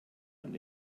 man